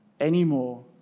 anymore